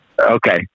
Okay